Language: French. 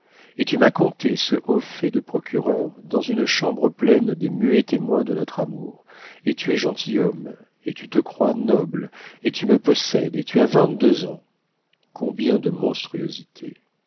et tu m'as conté ce haut fait de procureur dans une chambre pleine de muets témoins de notre amour et tu es gentilhomme et tu te crois noble et tu me possèdes et tu as vingt-deux ans combien de monstruosités